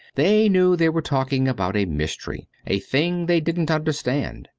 they knew they were talking about a mystery, a thing they didn't understand.